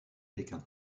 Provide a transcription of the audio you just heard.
pékin